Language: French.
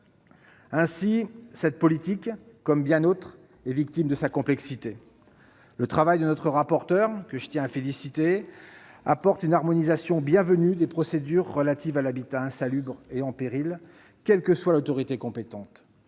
Ainsi, cette politique, comme bien d'autres, est victime de sa complexité. Le travail de notre rapporteur, que je tiens à féliciter, apporte une harmonisation bienvenue des procédures relatives à l'habitat insalubre et en péril, quelle que soit l'autorité compétente.